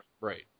right